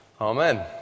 Amen